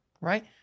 right